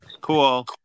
cool